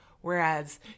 Whereas